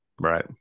Right